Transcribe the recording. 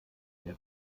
herr